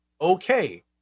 okay